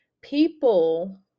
people